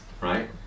right